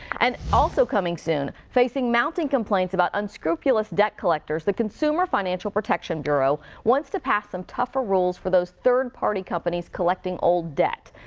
and also coming soon, facing mounting complaints about unscrupulous debt collectors, the consumer financial protection bureau wants to pass some tougher rules for those third party companies collecting old debt.